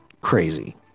crazy